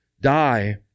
die